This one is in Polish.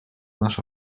nasza